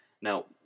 Now